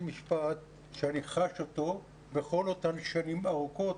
משפט שאני חש אותו בכל אותן שנים ארוכות